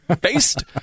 Based